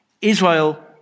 Israel